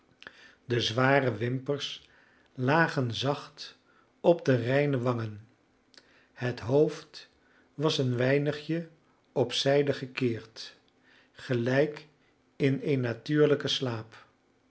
de zware wimpers lagen zacht op de reine wangen het hoofd was een weinigje op zijde gekeerd gelijk in een natuurlijken slaap